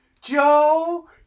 Joe